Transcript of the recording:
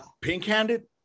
pink-handed